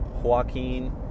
Joaquin